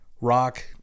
rock